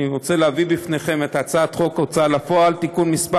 אני רוצה להביא בפניכם את הצעת חוק הוצאה לפועל (תיקון מס'